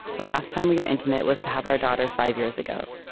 the last time we were intimate was to have our daughter five years ago.